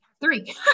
Three